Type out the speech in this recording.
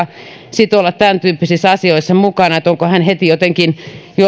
sitten olla tämäntyyppisissä asioissa mukana että onko hän heti jollain lailla